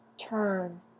turn